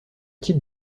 type